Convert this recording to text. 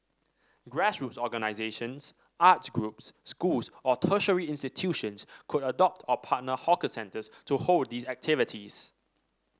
grassroots organisations arts groups schools or tertiary institutions could adopt or partner hawker centres to hold these activities